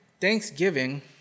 thanksgiving